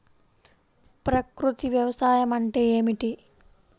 ప్రకృతి వ్యవసాయం అంటే ఏమిటి?